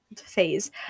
phase